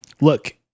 Look